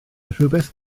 rhywbeth